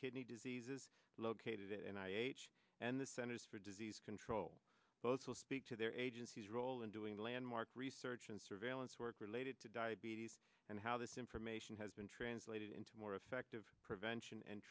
kidney disease is located and i h and the centers for disease control both will speak to their agency's role in doing landmark research and surveillance work related to diabetes and how this information has been translated into more effective prevention and